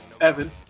Evan